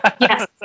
Yes